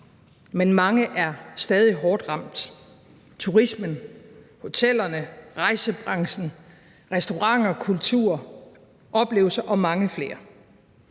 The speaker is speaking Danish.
men mange er stadig hårdt ramt: turismen, hotellerne, rejsebranchen, restauranter, kultur, oplevelser og mange flere.